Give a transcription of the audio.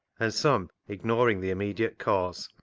and some, ignoring the immediate cause,